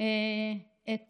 את